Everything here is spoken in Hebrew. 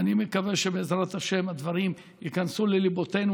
ואני מקווה שבעזרת השם הדברים ייכנסו לליבותינו,